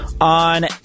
on